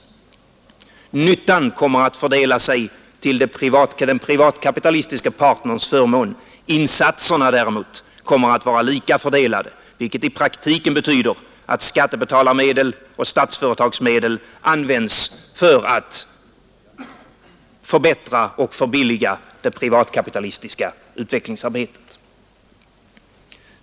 Nyttan kommer att fördela sig till den privatkapitalistiska partnerns förmån, insatserna däremot kommer att vara lika fördelade, vilket i praktiken betyder att skattebetalarmedel och statsföretagsmedel används för att förbättra och förbilliga det privatkapitalistiska utvecklingsarbetet.